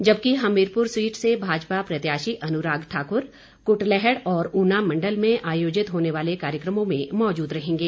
जबकि हमीरपुर सीट से भाजपा प्रत्याशी अनुराग ठाकुर कुटलैहड़ और ऊना मंडल में आयोजित होने वाले कार्यक्रमों में मौजूद रहेंगे